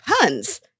puns